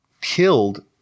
killed